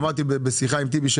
בשיחה עם טיבי,